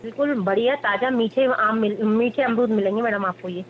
बिल्कुल बढ़िया ताजा मीठे आम मीठे अमरूद मिलेंगे मेडम आपको ये